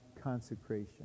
consecration